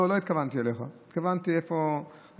לא, לא התכוונתי אליך, התכוונתי לאחרים.